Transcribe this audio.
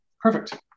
Perfect